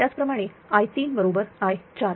त्याचप्रमाणे I3 बरोबर i4